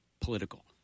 political